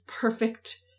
perfect